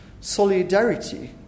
Solidarity